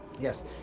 Yes